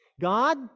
God